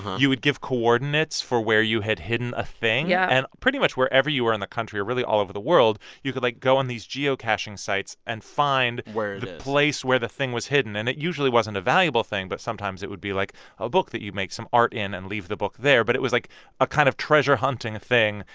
you would give coordinates for where you had hidden a thing yeah and pretty much wherever you were in the country or really all over the world, you could, like, go on these geocaching sites and find. where it is. the place where the thing was hidden. and it usually wasn't a valuable thing. but sometimes, it would be like a book that you make some art in and leave the book there. but it was like a kind of treasure hunting thing.